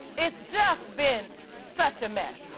it's just been such a mess.